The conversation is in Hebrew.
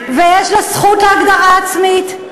ויש לו זכות להגדרה עצמית,